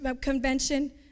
Convention